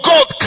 God